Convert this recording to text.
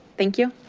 thank you.